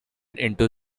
into